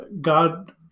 God